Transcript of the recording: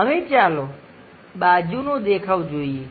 હવેચાલો બાજુનો દેખાવ જોઈએ